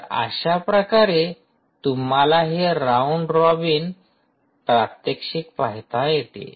तर अशाप्रकारे तुम्हाला हे राऊंड रॉबिन प्रात्यक्षिक पाहता येते